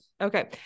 Okay